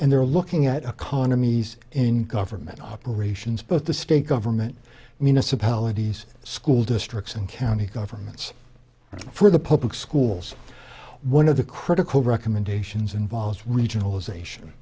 and they're looking at a condom mees in government operations but the state government municipalities school districts and county governments for the public schools one of the critical recommendations involves regional